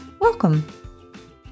Welcome